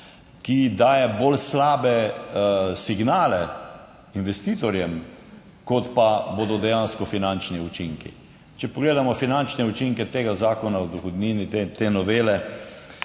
ki daje bolj slabe signale investitorjem, kot pa bodo dejansko finančni učinki. Če pogledamo finančne učinke tega zakona o dohodnini, te novele,